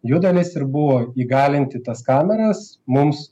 jų dalis ir buvo įgalinti tas kameras mums